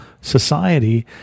society